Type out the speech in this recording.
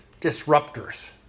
disruptors